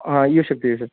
हां येऊ शकते येऊ शक